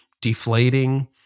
deflating